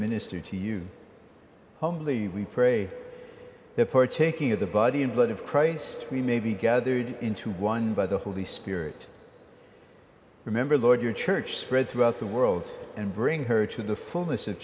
minister to you humbly we pray for taking of the body and blood of christ we may be gathered into one by the holy spirit remember lord your church spread throughout the world and bring her to the fullness of